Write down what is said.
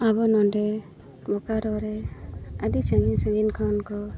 ᱟᱵᱚ ᱱᱚᱰᱮ ᱵᱚᱠᱟᱨᱳ ᱨᱮ ᱟᱹᱰᱤ ᱥᱟᱺᱜᱤᱧ ᱥᱟᱺᱜᱤᱧ ᱠᱷᱚᱱ ᱠᱚ